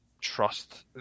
trust